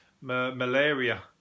Malaria